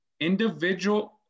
individual